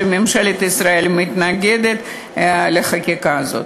שממשלת ישראל מתנגדת לחקיקה הזאת.